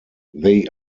they